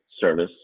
service